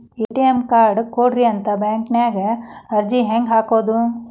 ATM card ಕೊಡ್ರಿ ಅಂತ ಬ್ಯಾಂಕ ನ್ಯಾಗ ಅರ್ಜಿ ಹೆಂಗ ಹಾಕೋದು?